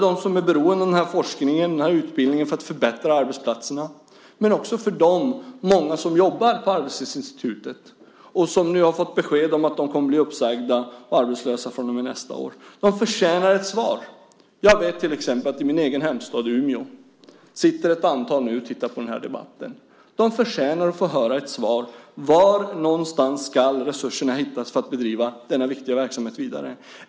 De som är beroende av den här forskningen, den här utbildningen, för att förbättra arbetsplatserna men också de många som jobbar på Arbetslivsinstitutet och som nu har fått besked om att de kommer att bli uppsagda och arbetslösa från och med nästa år förtjänar ett svar. Jag vet till exempel att det i min egen hemstad, Umeå, nu sitter ett antal och tittar på den här debatten. De förtjänar att få höra ett svar. Var någonstans ska resurserna hittas för att bedriva denna viktiga verksamhet vidare?